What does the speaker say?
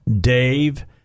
Dave